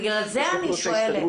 בגלל זה אני שואלת.